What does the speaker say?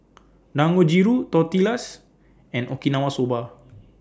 Dangojiru Tortillas and Okinawa Soba